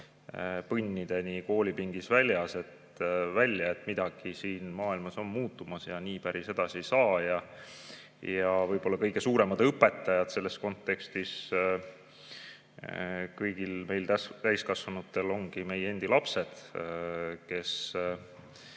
põnnideni koolipingis välja, et midagi siin maailmas on muutumas ja nii päris edasi ei saa. Võib-olla kõige suuremad õpetajad selles kontekstis kõigil meil täiskasvanutel ongi meie endi lapsed, kes